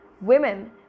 Women